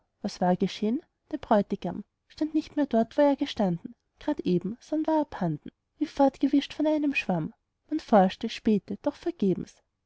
was war geschehn der bräutigam stand nicht mehr dort wo er gestanden grad eben sondern war abhanden wie fortgewischt von einem schwamm man forschte spähte doch vergebens